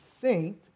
saint